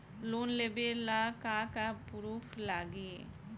Loan लेबे ला का का पुरुफ लागि?